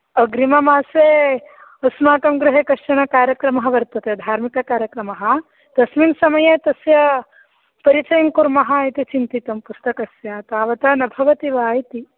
अग्रिममासे अस्माकं गृहे कश्चन कार्यक्रमः वर्तते धार्मिककार्यक्रमः तस्मिन् समये तस्य परिचयं कुर्मः इति चिन्तितं पुस्तकस्य तावता न भवति वा इति